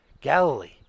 Galilee